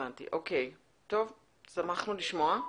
שמחנו לשמוע.